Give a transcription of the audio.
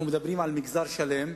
אנחנו מדברים על מגזר שלם,